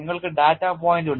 നിങ്ങൾക്ക് ഡാറ്റ പോയിന്റുണ്ട്